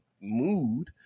mood